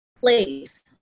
place